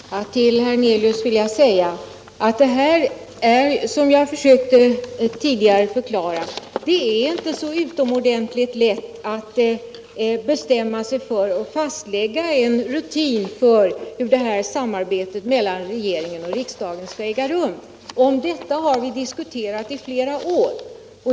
Herr talman! Till herr Hernelius vill jag säga att det, som jag tidigare försökt förklara, inte är så utomordentligt lätt att fastlägga en rutin för hur detta samarbete mellan regeringen och riksdagen skall äga rum. Detta är en fråga som vi har diskuterat i flera år.